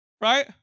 Right